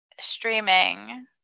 streaming